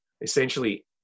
essentially